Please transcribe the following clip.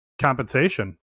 compensation